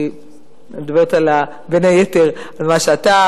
אני מדברת בין היתר על מה שאתה